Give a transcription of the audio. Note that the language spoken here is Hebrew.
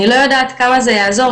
אני לא יודעת כמה זה יעזור,